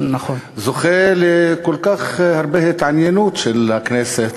זוכה לכל כך הרבה התעניינות של הכנסת.